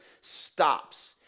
stops